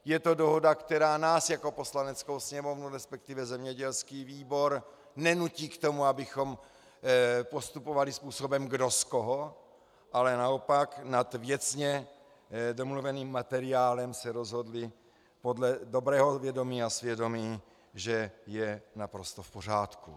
Je to dohoda, která nás jako Poslaneckou sněmovnu, resp. zemědělský výbor, nenutí k tomu, abychom postupovali způsobem kdo s koho, ale naopak, nad věcně domluveným materiálem se rozhodli podle dobrého vědomí a svědomí, že je naprosto v pořádku.